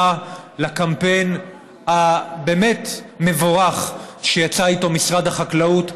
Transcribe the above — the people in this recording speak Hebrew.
לקמפיין המבורך שיצא איתו משרד החקלאות,